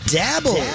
dabble